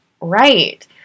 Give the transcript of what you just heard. Right